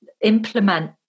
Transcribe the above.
implement